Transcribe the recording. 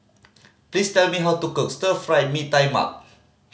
please tell me how to cook Stir Fried Mee Tai Mak